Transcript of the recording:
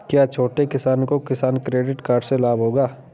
क्या छोटे किसानों को किसान क्रेडिट कार्ड से लाभ होगा?